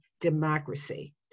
Democracy